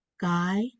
Guy